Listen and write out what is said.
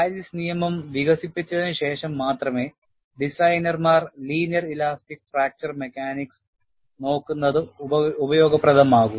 Paris നിയമം വികസിപ്പിച്ചതിനുശേഷം മാത്രമേ designers linear elastic fracture mechanics നോക്കുന്നത് ഉപയോഗപ്രദമാകൂ